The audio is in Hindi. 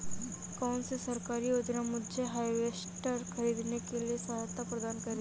कौन सी सरकारी योजना मुझे हार्वेस्टर ख़रीदने में सहायता प्रदान करेगी?